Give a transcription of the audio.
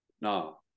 now